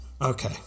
Okay